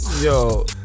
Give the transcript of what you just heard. Yo